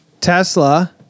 Tesla